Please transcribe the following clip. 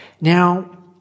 Now